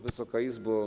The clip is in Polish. Wysoka Izbo!